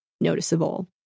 noticeable